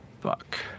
Fuck